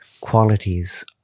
qualities